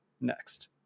next